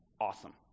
awesome